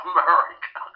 America